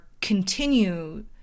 continue